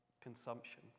consumption